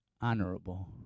honorable